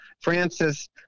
Francis